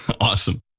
Awesome